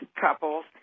couples